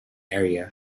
area